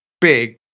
big